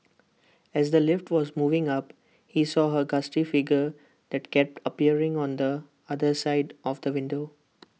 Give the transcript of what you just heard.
as the lift was moving up he saw A ghastly figure that kept appearing on the other side of the window